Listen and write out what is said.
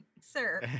Sir